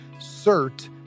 cert